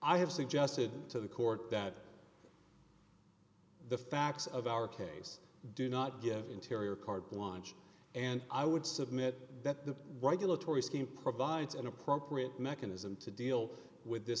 i have suggested to the court that the facts of our case do not give interior card launch and i would submit that the regulatory scheme provides an appropriate mechanism to deal with this